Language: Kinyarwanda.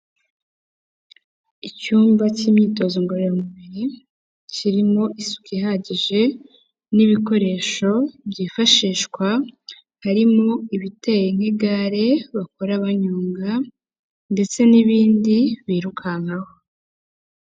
Icyumba cy'imyitozo ngororamubiri kirimo isuku ihagije n'ibikoresho byifashishwa, harimo ibiteye nk'igare bakora banyonga ndetse n'ibindi birukankaho.